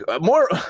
more